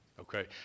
okay